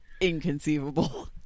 inconceivable